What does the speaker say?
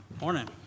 Morning